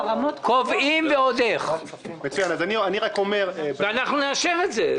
אנחנו נאשר את זה,